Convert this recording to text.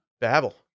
Babel